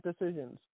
decisions